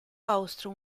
austro